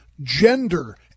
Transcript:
gender